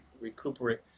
recuperate